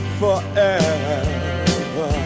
forever